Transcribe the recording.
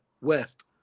West